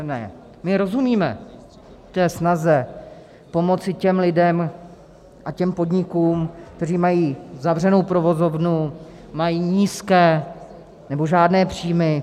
My rozumíme snaze pomoci těm lidem a podnikům, které mají zavřenou provozovnu, mají nízké nebo žádné příjmy.